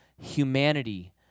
humanity